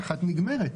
נגמרת.